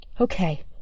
Okay